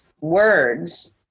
words